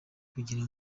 kugira